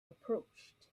approached